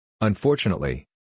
unfortunately